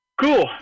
Cool